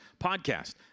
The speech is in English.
podcast